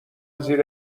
زیر